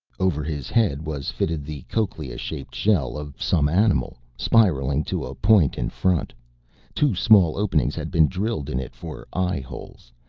over his head was fitted the cochlea shaped shell of some animal, spiraling to a point in front two small openings had been drilled in it for eye holes.